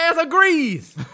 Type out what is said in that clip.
agrees